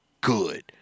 Good